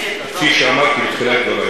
כפי שאמרתי בתחילת דברי,